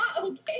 okay